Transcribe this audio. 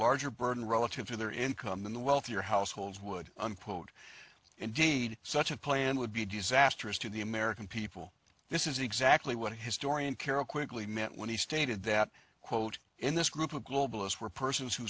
larger burden relative to their income than the wealthier households would unquote engage in such a plan would be disastrous to the american people this is exactly what historian carol quickly meant when he stated that quote in this group of globalist we're persons whose